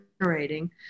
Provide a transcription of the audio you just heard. generating